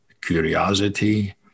curiosity